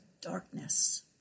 darkness